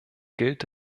gilt